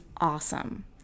awesome